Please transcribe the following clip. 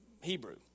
Hebrew